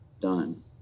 done